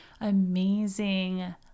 amazing